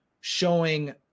showing